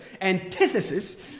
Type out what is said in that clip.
antithesis